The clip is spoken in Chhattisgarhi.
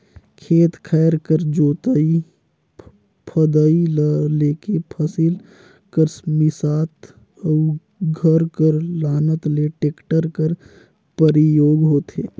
खेत खाएर कर जोतई फदई ल लेके फसिल कर मिसात अउ घर कर लानत ले टेक्टर कर परियोग होथे